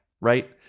Right